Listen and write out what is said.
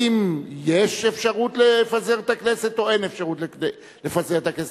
אם יש אפשרות לפזר את הכנסת או אין אפשר לפזר את הכנסת.